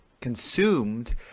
consumed